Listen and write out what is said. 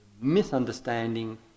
misunderstanding